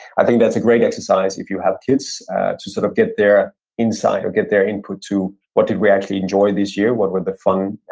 i think that's a great exercise if you have kids to sort of get their insight or get their input to what did we actually enjoy this year, what were the fun,